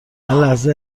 لحظه